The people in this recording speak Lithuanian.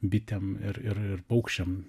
bitėm ir ir ir paukščiam